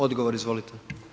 Odgovor, izvolite.